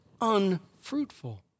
unfruitful